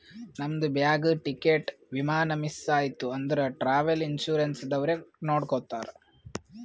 ನಮ್ದು bag, ticket, ವಿಮಾನ miss ಐಯ್ತ ಅಂದುರ್ ಟ್ರಾವೆಲ್ ಇನ್ಸೂರೆನ್ಸ್ ದವ್ರೆ ನೋಡ್ಕೊತ್ತಾರ್